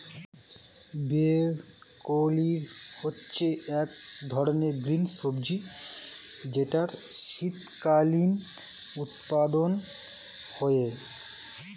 broccoli হচ্ছে এক ধরনের গ্রিন সবজি যেটার শীতকালীন উৎপাদন হয়ে